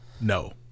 No